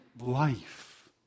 life